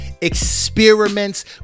Experiments